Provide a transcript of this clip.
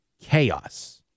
chaos